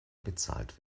bezahlt